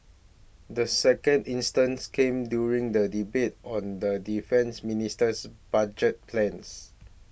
the second instance came during the debate on the Defence Minister's budget plans